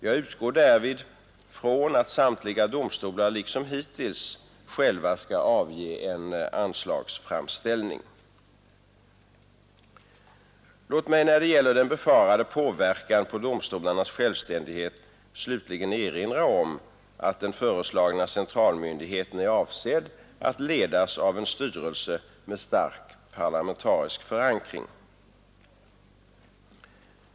Jag utgår därvid från att samtliga domstolar liksom hittills själva skall avge en anslagsframställning. Låt mig när det gäller den befarade påverkan på domstolarnas självständighet slutligen erinra om att den föreslagna centralmyndigheten är avsedd att ledas av en styrelse med stark parlamentarisk förankring.